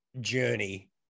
journey